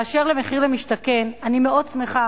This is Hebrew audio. באשר למחיר למשתכן, אני מאוד שמחה